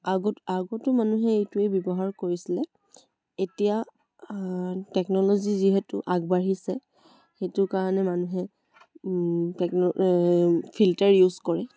আগত আগতো মানুহে এইটোৱেই ব্যৱহাৰ কৰিছিলে এতিয়া টেকন'লজি যিহেতু আগবাঢ়িছে সেইটোৰ কাৰণে মানুহে টেকন' ফিল্টাৰ ইউজ কৰে